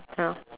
ya lor